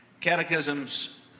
catechisms